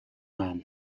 man